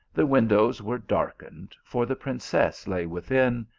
the windows were darkened, for the princess lay within,